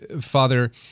Father